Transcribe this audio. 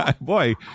Boy